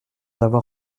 avoir